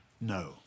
No